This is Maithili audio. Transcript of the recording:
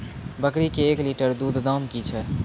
बकरी के एक लिटर दूध दाम कि छ?